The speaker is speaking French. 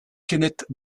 kenneth